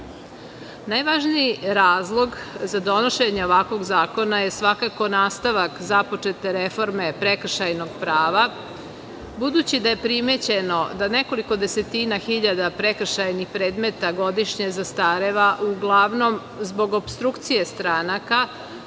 Najvažniji razlog za donošenje ovakvo zakona je svakako nastavak započete reforme prekršajnog prava. Budući da je primećeno da nekoliko desetina hiljada prekršajnih predmeta godišnje zastareva uglavnom zbog opstrukcije stranaka